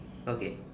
okay